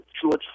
George